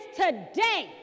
today